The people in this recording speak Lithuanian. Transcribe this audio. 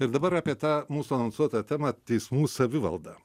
ir dabar apie tą mūsų anonsuotą temą teismų savivaldą